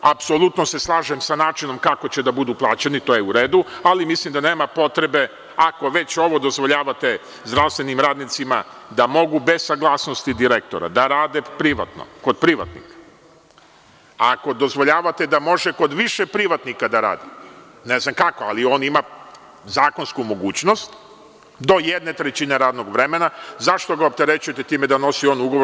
Apsolutno se slažem sa načinom kako će da budu plaćeni, to je u redu, ali mislim da nema potrebe, ako već ovo dozvoljavate zdravstvenim radnicima, da mogu bez saglasnosti direktora da rade privatno kod privatnika, a ako dozvoljavate da može kod više privatnika da radi, ne znam kako, ali on ima zakonsku mogućnost, do jedne trećine radnog vremena, zašto ga opterećujete time da nosi on ugovor?